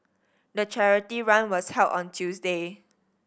the charity run was held on Tuesday